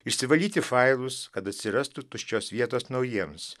išsivalyti failus kad atsirastų tuščios vietos naujiems